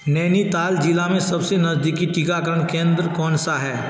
नैनीताल जिला में सबसे नज़दीकी टीकाकरण केंद्र कौन सा है